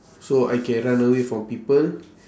so I can run away from people